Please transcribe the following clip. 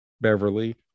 Beverly